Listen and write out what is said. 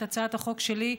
את הצעת החוק שלי,